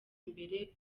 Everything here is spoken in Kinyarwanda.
imbere